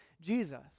Jesus